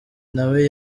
nawe